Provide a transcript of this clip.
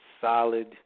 solid